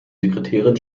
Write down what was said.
sekretärin